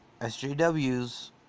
SJWs